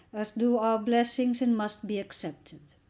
as do our blessings, and must be accepted.